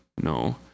No